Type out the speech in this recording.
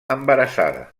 embarassada